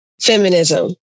feminism